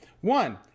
one